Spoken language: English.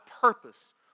purpose